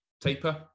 taper